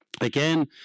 Again